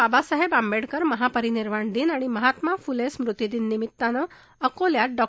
बाबासाहेब आंबेडकर महापरिनिर्वाण दिन आणि महात्मा फुले स्मृतिदिन निमित्ताने अकोल्यात डॉ